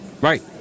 Right